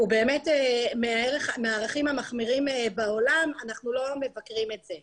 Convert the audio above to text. הוא באמת מהערכים המחמירים בעולם ואנחנו לא מבקרים את זה.